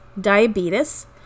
diabetes